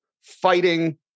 fighting